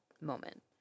moment